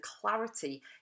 clarity